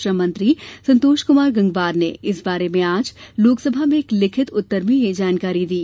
श्रम मंत्री संतोष कुमार गंगवार ने इस बारे में आज लोकसभा में एक लिखित उत्तर में यह जानकारी दी